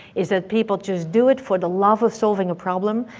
is that people just do it for the love of solving a problem,